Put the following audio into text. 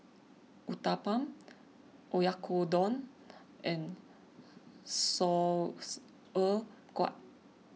Uthapam Oyakodon and Sauerkraut